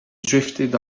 drifted